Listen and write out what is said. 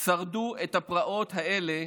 שרדו את הפרעות האלה,